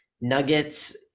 Nuggets